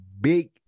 big